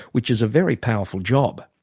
which is a very powerful job.